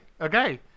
okay